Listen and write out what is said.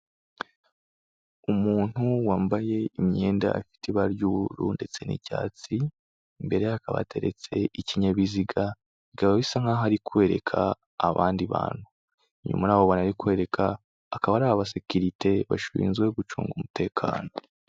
Umuntu wambaye imyenda afite ibara ry'ubururu ndetse n'icyatsi, imbereye hakaba hateretse ikinyabiziga, bikaba bisa nkaho ari kwereka abandi bantu. Inyuma yabo bantu arikwereka, akaba ari abasekite bashinzwe gucunga umutekano.